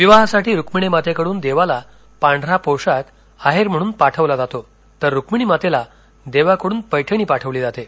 विवाहासाठी रुक्मिणीमातेकडून देवाला पांढरा पोशाख आहेर म्हणून पाठविला जातो तर रुक्मिणीमातेला देवाकडून पैठणी पाठविली जाते